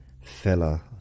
fella